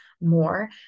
more